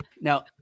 now